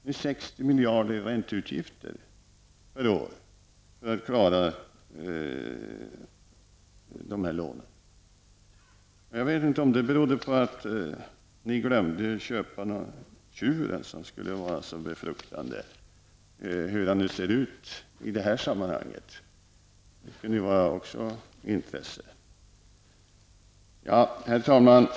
Vi har 60 miljarder i ränteutgifter per år. Jag vet inte om detta berodde på att ni glömde att köpa tjuren som skulle vara så befruktande. Det skulle vara av intresse att få veta hur han ser ut i detta sammanhang. Herr talman!